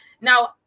Now